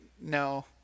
no